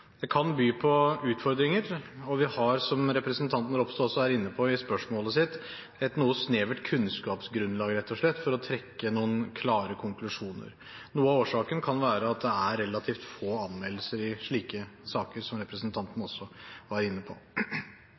kan by på utfordringer. Vi har – som representanten Ropstad også var inne på i spørsmålet sitt – rett og slett et noe snevert kunnskapsgrunnlag til å kunne trekke noen klare konklusjoner. Noe av årsaken kan være at det er relativt få anmeldelser i slike saker, som representanten også var inne på.